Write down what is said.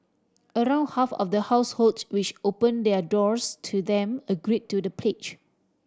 around half of the households which open their doors to them agree to the pledge